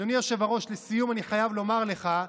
אדוני היושב-ראש, לסיום אני חייב לומר לך,